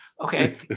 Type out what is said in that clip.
Okay